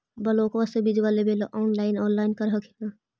ब्लोक्बा से बिजबा लेबेले ऑनलाइन ऑनलाईन कर हखिन न?